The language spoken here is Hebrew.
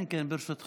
כן, כן, ברשותך.